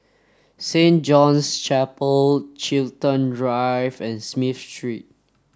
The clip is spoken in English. Saint John's Chapel Chiltern Drive and Smith Street